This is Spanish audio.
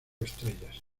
estrellas